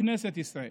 כנסת ישראל?